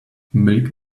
milk